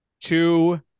two